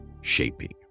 Shaping